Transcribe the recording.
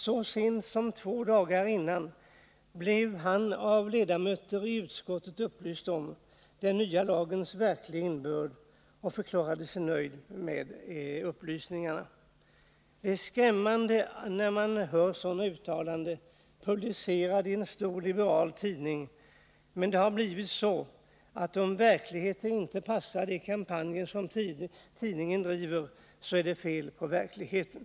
Så sent som två dagar dessförinnan blev han av utskottets ledamöter upplyst om den nya lagens verkliga innebörd och förklarade sig nöjd med upplysningarna. Det är skrämmande att läsa sådana uttalanden, publicerade i en stor liberal tidning. Det har blivit så att om verkligheten inte passar ihop med de kampanjer tidningen bedriver, så är det fel på verkligheten.